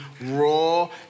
raw